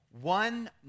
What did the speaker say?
one